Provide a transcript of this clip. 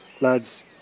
lads